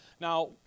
Now